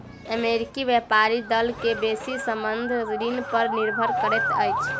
अमेरिकी व्यापारी दल के बेसी संबंद्ध ऋण पर निर्भर करैत अछि